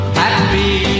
happy